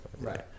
Right